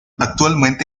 actualmente